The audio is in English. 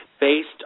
based